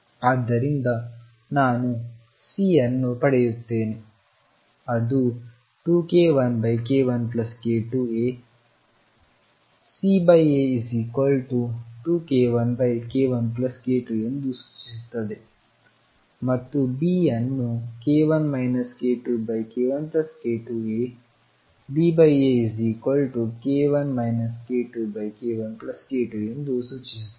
ಆದ್ದರಿಂದ ನಾನು C ಅನ್ನು ಪಡೆಯುತ್ತೇನೆ ಅದು 2k1k1k2A CA2k1k1k2ಎಂದು ಸೂಚಿಸುತ್ತದೆಮತ್ತು B ಅನ್ನು k1 k2k1k2 ABAk1 k2k1k2 ಎಂದು ಸೂಚಿಸುತ್ತದೆ